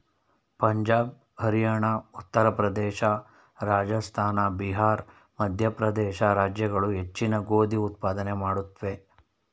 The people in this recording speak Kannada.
ಪಂಜಾಬ್ ಹರಿಯಾಣ ಉತ್ತರ ಪ್ರದೇಶ ರಾಜಸ್ಥಾನ ಬಿಹಾರ್ ಮಧ್ಯಪ್ರದೇಶ ರಾಜ್ಯಗಳು ಹೆಚ್ಚಿನ ಗೋಧಿ ಉತ್ಪಾದನೆ ಮಾಡುತ್ವೆ